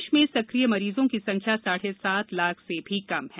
देश में सक्रिय मरीज़ों की संख्या साढ़े सात लाख से भी कम है